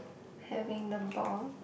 having in the ball